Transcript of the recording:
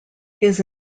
his